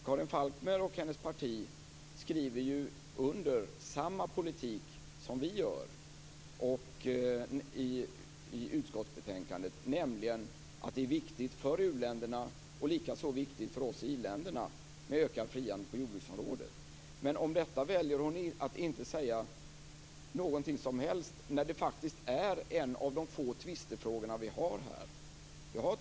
Karin Falkmer och hennes parti skriver ju under på samma politik som vi gör i utskottsbetänkandet, nämligen att det är viktigt för u-länderna - och likaså för oss i i-länderna - med ökad frihandel på jordbruksområdet. Men om detta väljer hon att inte säga någonting som helst, när det faktiskt är en av de få tvistefrågor vi har här.